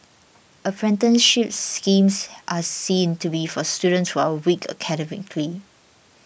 apprenticeship schemes are seen to be for students who are weak academically